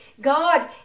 God